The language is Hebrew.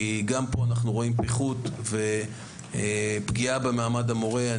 גם פה אנחנו רואים פיחות ופגיעה במעמד המורה.